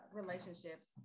relationships